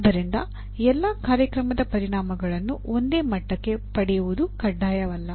ಆದ್ದರಿಂದ ಎಲ್ಲಾ ಕಾರ್ಯಕ್ರಮದ ಪರಿಣಾಮಗಳನ್ನು ಒಂದೇ ಮಟ್ಟಕ್ಕೆ ಪಡೆಯುವುದು ಕಡ್ಡಾಯವಲ್ಲ